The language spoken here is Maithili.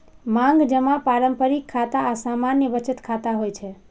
मांग जमा पारंपरिक खाता आ सामान्य बचत खाता होइ छै